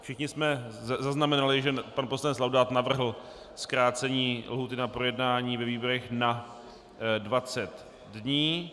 Všichni jsme zaznamenali, že pan poslanec Laudát navrhl zkrácení lhůty na projednání ve výborech na 20 dní.